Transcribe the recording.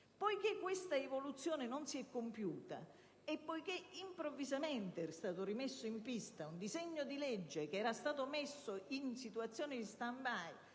Poiché questa evoluzione non si è compiuta e poiché improvvisamente è stato rimesso in pista un disegno di legge che era stato messo in *stand by*